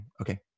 Okay